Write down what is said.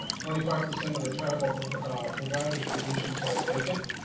twenty five percent of the tribal providers positions are vacant.